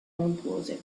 montuose